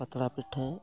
ᱯᱟᱛᱲᱟ ᱯᱤᱴᱷᱟᱹ